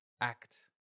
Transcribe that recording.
act